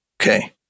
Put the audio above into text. Okay